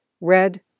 Red